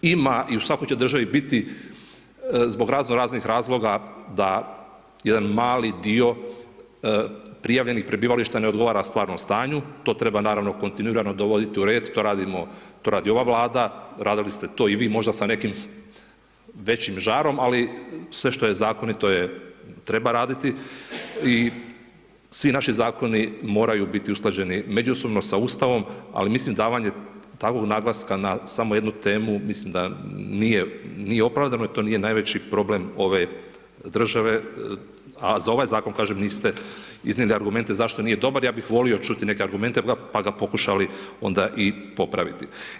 Ima i u svakoj će državi biti zbog razno raznih razloga da jedan mali dio prijavljenih prebivališta ne odgovara stvarnom stanju, to treba naravno kontinuirano dovoditi u red, to radimo, to radi ova Vlada, radili ste to i vi možda sa nekim većim žarom, ali sve što je zakonito treba raditi i svi naši zakoni moraju biti usklađeni međusobno sa Ustavom, ali mislim davanje takvog naglaska samo na jednu temu mislim da nije opravdano i to nije najveći problem ove države, a za ovaj zakon, kažem niste iznijeli argumente zašto nije dobar, ja bih volio čuti neke argumente pa ga pokušali onda i popraviti.